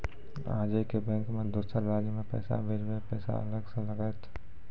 आजे के बैंक मे दोसर राज्य मे पैसा भेजबऽ पैसा अलग से लागत?